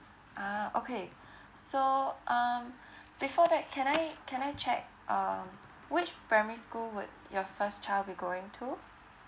ah okay so um before that can I can I check uh which primary school would your first child be going to